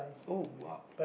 uh !wow!